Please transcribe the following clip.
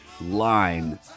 line